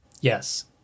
Yes